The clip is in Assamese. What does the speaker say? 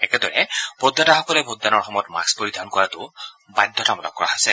একেদৰে ভোটদাতাসকলে ভোটদানৰ সময়ত মাস্ক পৰিধান কৰাটো বাধ্যতামূলক কৰা হৈছে